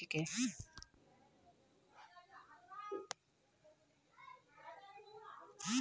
केला पूरा दुन्यात पाल जाने वाला फल छिके